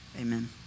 Amen